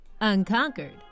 Unconquered